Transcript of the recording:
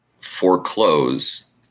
foreclose